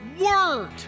word